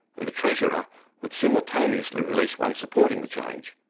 and the treasurer would simultaneously release one supporting the change.